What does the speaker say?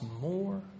more